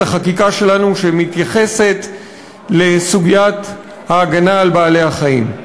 החקיקה שלנו שמתייחסת לסוגיית ההגנה על בעלי-החיים.